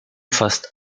fast